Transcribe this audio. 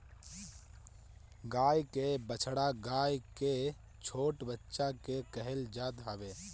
गाई के बछड़ा गाई के छोट बच्चा के कहल जात हवे